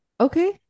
Okay